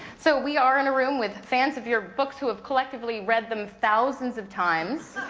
so we are in a room with fans of your books, who have collectively read them thousands of times.